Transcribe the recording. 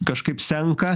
kažkaip senka